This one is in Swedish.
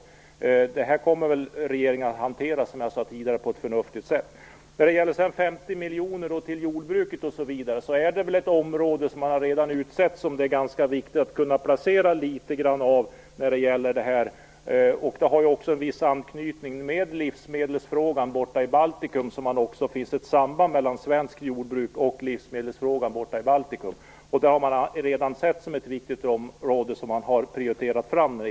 Som jag sade tidigare kommer regeringen nog att hantera detta på ett förnuftigt sätt. Man har redan utsett jordbruket som ett viktigt område att kunna placera litet av pengarna i. Det finns också ett samband mellan svenskt jordbruk och livsmedelsfrågan i Baltikum. Man har ansett att det är ett viktigt område och därför redan prioriterat det.